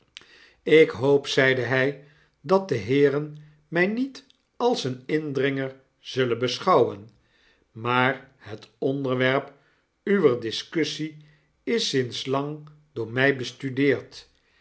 lk hoop zeide hj dat de heeren mij niet als een infringer zullen beschouwen maar het onderwerp uwer discussie is sinds lang door mtj bestudeerd